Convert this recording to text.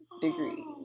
degree